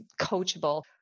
coachable